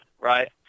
right